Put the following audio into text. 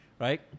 right